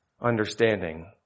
understanding